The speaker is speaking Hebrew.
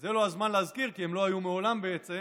שזה לא הזמן להזכיר כי הם לא היו מעולם בעצם,